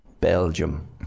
Belgium